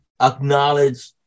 acknowledge